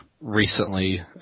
recently